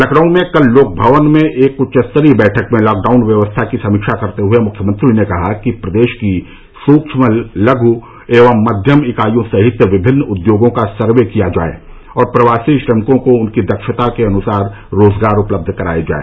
लखनऊ में कल लोक भवन में एक उच्च स्तरीय बैठक में लॉकडाउन व्यवस्था की समीक्षा करते हुए मुख्यमंत्री ने कहा कि प्रदेश की सूक्ष्म लघु एवं मध्यम इकाइयों सहित विभिन्न उद्योगों का सर्वे किया जाए और प्रवासी श्रमिकों को उनकी दक्षता के अनुसार रोजगार उपलब्ध कराया जाए